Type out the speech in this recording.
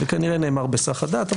כנראה נאמר בהיסח הדעת,